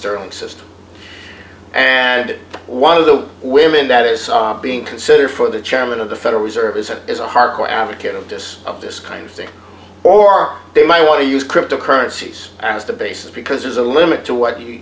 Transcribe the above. sterling system and one of the women that is being considered for the chairman of the federal reserve is and is a hard core advocate of this of this kind of thing or are they might want to use crypto currency is as the basis because there's a limit to what